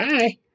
Bye